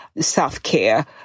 self-care